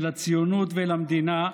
אל הציונות ואל המדינה,